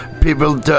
people